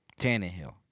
Tannehill